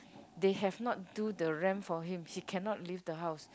they have not do the ramp for him he cannot leave the house